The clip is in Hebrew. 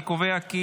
אני קובע כי